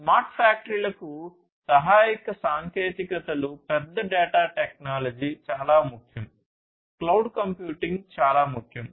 smart ఫ్యాక్టరీలకు సహాయక సాంకేతికతలు పెద్ద డేటా టెక్నాలజీ చాలా ముఖ్యం క్లౌడ్ కంప్యూటింగ్ చాలా ముఖ్యం